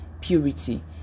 purity